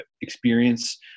experience